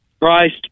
Christ